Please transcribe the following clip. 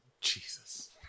Jesus